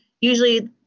usually